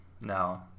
no